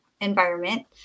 environment